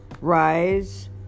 Rise